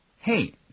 Hey